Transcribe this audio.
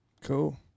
Cool